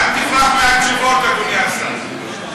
אל תברח מהתשובות, אדוני השר.